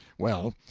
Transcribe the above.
well,